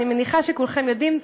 אני מניחה שכולכם יודעים,